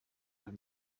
him